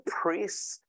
priests